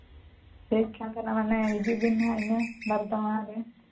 ᱦᱮᱡ ᱠᱷᱟᱱ ᱫᱚ ᱦᱟᱸᱜ ᱦᱤᱡᱩᱜ ᱵᱤᱱ ᱦᱟᱸᱜ ᱤᱱᱟᱹ ᱵᱟᱨᱚᱴᱟ ᱢᱟᱲᱟᱝ ᱨᱮ